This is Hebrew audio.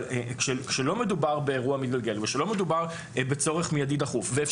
כשלא מדובר באירוע מתגלגל וכשלא מדובר בצורך מיידי דחוף ואגב,